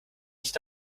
nicht